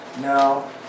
No